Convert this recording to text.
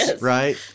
right